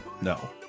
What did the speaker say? No